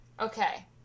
Okay